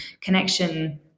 connection